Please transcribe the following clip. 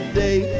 day